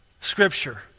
Scripture